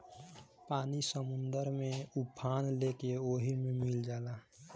पानी समुंदर में उफान लेके ओहि मे मिल जाला